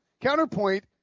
Counterpoint